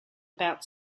about